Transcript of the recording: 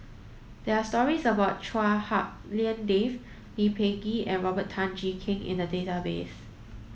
there are stories about Chua Hak Lien Dave Lee Peh Gee and Robert Tan Jee Keng in the database